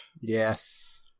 Yes